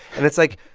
and it's like,